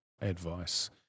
advice